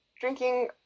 Drinking